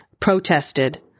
protested